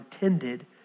intended